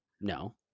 No